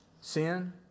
Sin